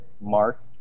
Mark